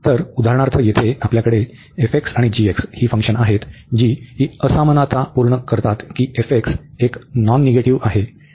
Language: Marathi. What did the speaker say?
तर उदाहरणार्थ येथे आपल्याकडे f आणि g ही फंक्शन आहेत जी ही असमानता पूर्ण करतात की एक नॉन निगेटिव्ह आहे